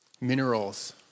Minerals